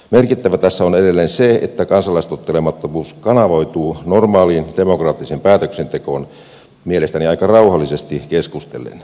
merkittävää tässä on edelleen se että kansalaistottelemattomuus kanavoituu normaaliin demokraattiseen päätöksentekoon mielestäni aika rauhallisesti keskustellen